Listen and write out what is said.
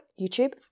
YouTube